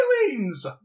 feelings